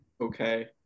Okay